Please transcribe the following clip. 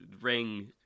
Ring